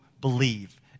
believe